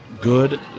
good